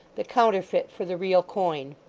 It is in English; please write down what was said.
the counterfeit for the real coin.